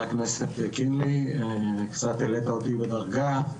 קצת העלית אותי בדרגה.